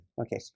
okay